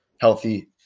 healthy –